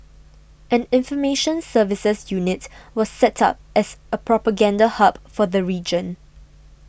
an information services unit was set up as a propaganda hub for the region